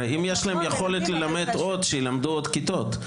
אם יש להם יכולת ללמד עוד, שילמדו עוד כיתות.